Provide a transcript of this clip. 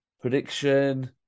prediction